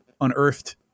unearthed